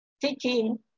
teaching